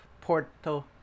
Porto